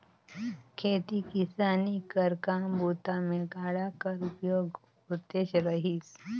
खेती किसानी कर काम बूता मे गाड़ा कर उपयोग होतेच रहिस